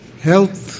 health